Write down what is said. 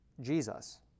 Jesus